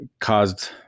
caused